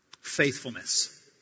faithfulness